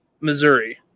Missouri